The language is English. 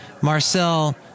Marcel